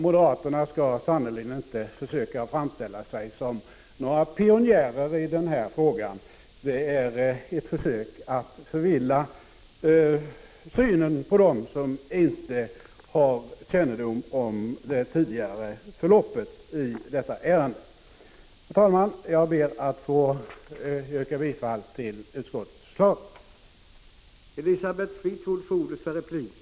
Moderaterna skall därför sannerligen inte försöka framställa sig som några pionjärer i den här frågan. Det är ett försök att förvilla synen på dem som inte har kännedom om detta ärendes tidigare förlopp. Herr talman! Jag ber att få yrka bifall till utskottets hemställan.